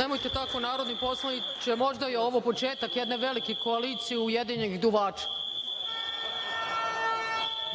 Nemojte tako narodni poslaniče, možda je ovo početak jedne velike koalicije ujedinjenih duvača,